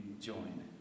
join